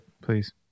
please